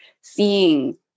seeing